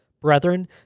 Brethren